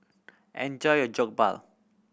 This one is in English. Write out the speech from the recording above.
enjoy your Jokbal